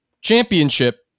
championship